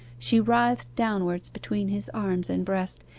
she writhed downwards between his arms and breast,